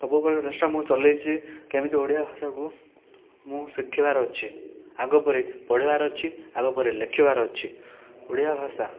ସବୁବେଳେ ଚେଷ୍ଟା ମୁଁ ଚଳେଇଛି କେମିତି ଓଡ଼ିଆ ଭାଷାକୁ ମୁଁ ଶିଖିବାର ଅଛି ଆଗପରି ପଢ଼ିବାର ଅଛି ଆଗପରି ଲେଖିବାର ଅଛି ଓଡ଼ିଆ ଭାଷା